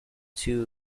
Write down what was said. two